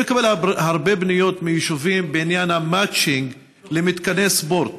אני מקבל הרבה פניות מהיישובים בעניין המצ'ינג למתקני ספורט.